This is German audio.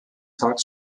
tag